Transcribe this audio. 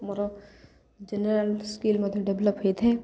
ମୋର general skill ମଧ୍ୟ develop ହେଇଥାଏ